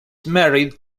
married